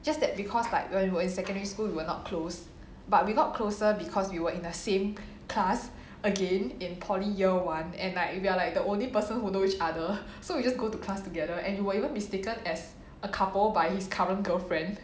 just that because like when you were in secondary school we were not close but we got closer because we were in the same class again in poly year one and like we are like the only person who know each other so we just go to class together and we were even mistaken as a couple by his current girlfriend